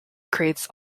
creates